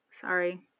sorry